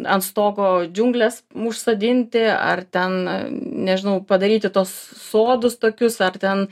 ant stogo džiungles užsodinti ar ten nežinau padaryti tuos sodus tokius ar ten